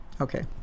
Okay